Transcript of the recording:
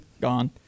gone